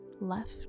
left